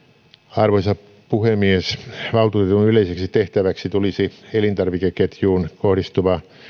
arvoisa puhemies valtuutetun yleiseksi tehtäväksi tulisi elintarvikeketjuun kohdistuva